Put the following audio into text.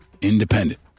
independent